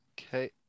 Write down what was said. Okay